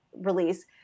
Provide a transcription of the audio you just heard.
release